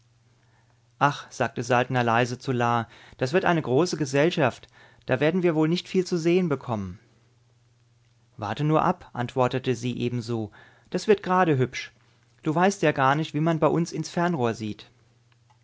ach sagte saltner leise zu la das wird eine große gesellschaft da werden wir wohl nicht viel zu sehen bekommen warte nur ab antwortete sie ebenso das wird gerade hübsch du weißt ja gar nicht wie man bei uns ins fernrohr sieht